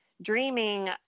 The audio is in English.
dreaming